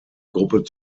gruppe